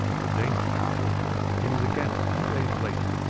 at the danish capital he was again a few days late,